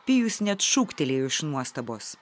pijus net šūktelėjo iš nuostabos